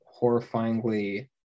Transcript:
horrifyingly